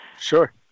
Sure